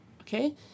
okay